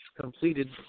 completed